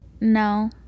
No